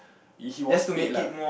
he was paid lah